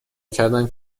کردند